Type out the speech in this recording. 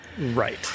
Right